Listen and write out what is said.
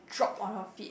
drop on her feet